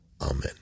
Amen